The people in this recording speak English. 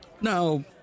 Now